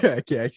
okay